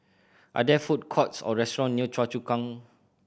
are there food courts or restaurant near Choa Chu Kang